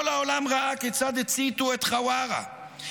כל העולם ראה כיצד הציתו את חווארה,